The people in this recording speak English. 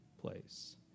place